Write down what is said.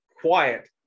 quiet